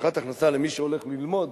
הבטחת הכנסה למי שהולך ללמוד,